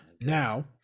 Now